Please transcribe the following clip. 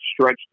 stretch